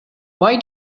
why